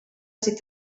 ser